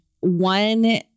one